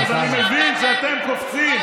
אז אני מבין שאתם קופצים.